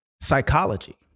psychology